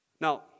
Now